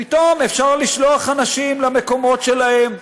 פתאום אפשר לשלוח אנשים למקומות שלהם,